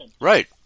Right